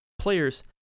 players